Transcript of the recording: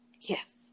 Yes